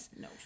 no